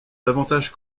davantage